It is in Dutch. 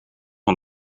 een